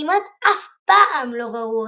כמעט אף פעם לא ראו אותם,